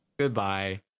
Goodbye